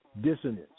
dissonance